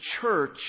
church